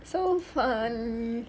so err